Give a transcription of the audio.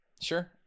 Sure